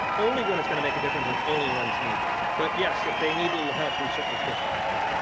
only when it's going to make a difference and only when it's needed. but yes, if they need a little help we'll certainly push that part.